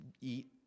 Eat